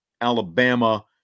Alabama